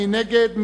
מי נגד?